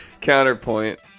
Counterpoint